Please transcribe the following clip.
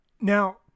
Now